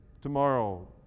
tomorrow